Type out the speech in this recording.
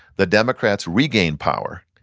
the democrats regain power,